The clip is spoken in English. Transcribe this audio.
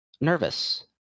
nervous